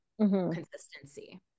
consistency